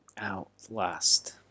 Outlast